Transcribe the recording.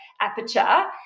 aperture